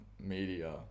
media